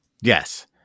Yes